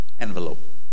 envelope